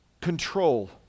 control